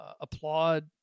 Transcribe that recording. applaud